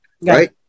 Right